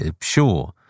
sure